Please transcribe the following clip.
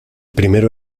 primero